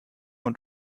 und